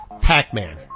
Pac-Man